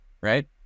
Right